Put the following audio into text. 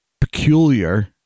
peculiar